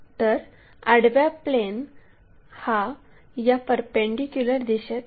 तर आडवा प्लेन हा या परपेंडीक्युलर दिशेत आहे